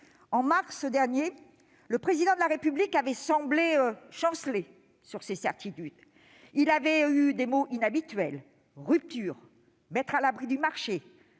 En mars dernier, le Président de la République avait semblé chanceler sur ses certitudes. Il avait eu des mots inhabituels :« rupture »,« mettre à l'abri du marché